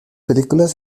películas